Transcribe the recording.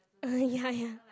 uh ya ya